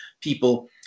people